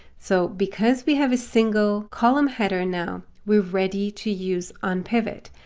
so because we have a single column header now, we're ready to use unpivot.